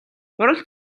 хурал